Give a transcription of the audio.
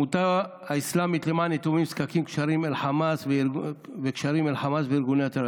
העמותה האסלאמית למען יתומים ונזקקים והקשרים אל חמאס וארגוני טרור,